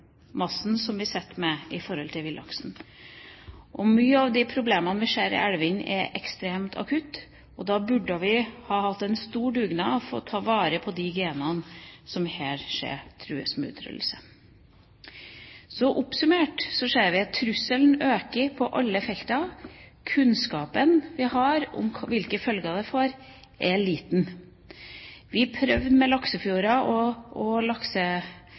som vi sitter med når det gjelder villaksen. Mange av de problemene vi ser i elvene, kommer ekstremt akutt, og vi burde ha hatt en stor dugnad for å ta vare på de genene som vi ser trues av utryddelse. Oppsummert ser vi at trusselen øker på alle felter. Kunnskapen vi har om hvilke følger det får, er liten. Vi prøvde med